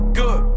good